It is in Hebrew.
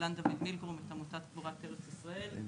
הכלכלן דוד מילגרום את עמותת קבורת ארץ ישראל.